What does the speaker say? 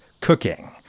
cooking